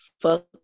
fuck